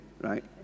right